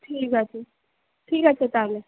ঠিক আছে ঠিক আছে তাহলে